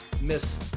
miss